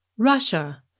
Russia